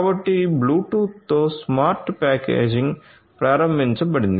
కాబట్టి బ్లూటూత్తో smart packaging ప్రారంభించబడింది